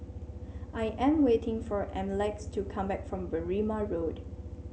I am waiting for Yamilex to come back from Berrima Road